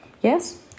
Yes